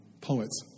poets